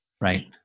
Right